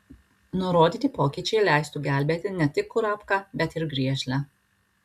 nurodyti pokyčiai leistų gelbėti ne tik kurapką bet ir griežlę